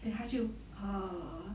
then 他就 err